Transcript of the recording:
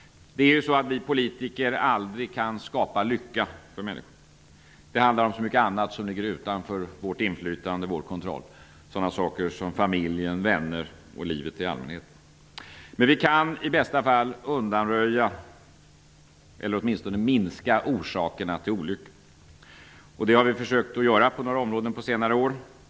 Vi politiker kan ju aldrig skapa lycka för människor. För det krävs så mycket av sådant som ligger utanför vårt inflytande och vår kontroll, sådant som familjen, vänner och livet i allmänhet. Men vi kan i bästa fall undanröja eller åtminstone minska orsakerna till olycka. Det har vi också försökt göra på några områden på senare år.